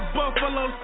buffalo